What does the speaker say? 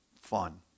fun